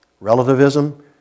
relativism